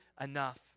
enough